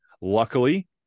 Luckily